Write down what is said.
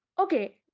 Okay